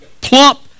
plump